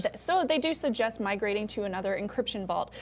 yeah so they do suggest migrating to another encryption vault,